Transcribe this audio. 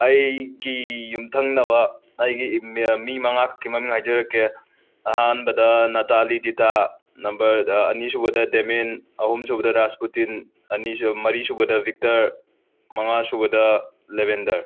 ꯑꯩꯒꯤ ꯌꯨꯝꯊꯪꯅꯕ ꯑꯩꯒꯤ ꯏꯝ ꯃꯤ ꯃꯉꯥꯈꯛꯤ ꯃꯃꯤꯡ ꯍꯥꯏꯖꯔꯛꯀꯦ ꯑꯍꯥꯟꯕꯗ ꯅꯇꯥꯂꯤꯗꯤꯇꯥ ꯅꯝꯕꯔ ꯑꯅꯤꯁꯨꯕꯗ ꯗꯦꯃꯤꯟ ꯑꯍꯨꯝꯁꯨꯕꯗ ꯔꯥꯁꯎꯠꯗꯤꯟ ꯑꯅꯤ ꯁꯨ ꯃꯔꯤ ꯁꯨꯕꯗ ꯕꯤꯛꯇꯔ ꯃꯉꯥ ꯁꯨꯕꯗ ꯂꯦꯕꯦꯟꯗꯔ